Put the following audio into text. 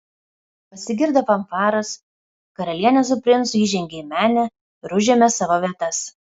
pasigirdo fanfaros karalienė su princu įžengė į menę ir užėmė savo vietas